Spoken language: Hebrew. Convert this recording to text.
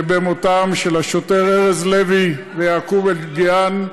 שבמותם של השוטר ארז לוי ויעקוב אבו אלקיעאן.